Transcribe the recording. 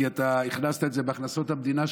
כי הכנסת את זה בהכנסות המדינה,